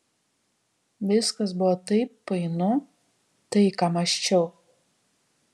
viskas buvo taip painu tai ką mąsčiau